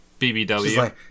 BBW